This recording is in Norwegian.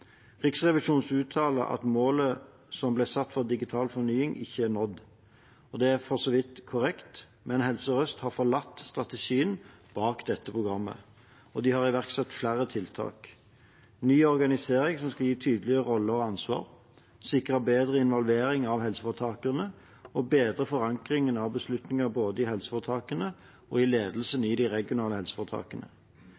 Riksrevisjonen uttaler at målene som ble satt for Digital fornying, ikke er nådd. Det er for så vidt korrekt, men Helse Sør-Øst har forlatt strategien bak dette programmet. De har iverksatt flere tiltak: ny organisering, som skal gi tydeligere roller og ansvar, å sikre bedre involvering av helseforetakene og bedre forankringen av beslutninger i både helseforetakene og i ledelsen